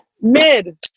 Mid